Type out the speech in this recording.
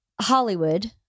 Hollywood